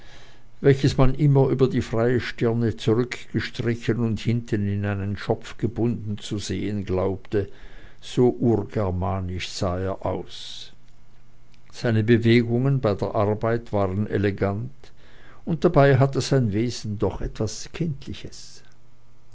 welches man immer über die freie stirn zurückgestrichen und hinten in einen schopf gebunden zu sehen glaubte so urgermanisch sah er aus seine bewegungen bei der arbeit waren elegant und dabei hatte sein wesen doch etwas kindliches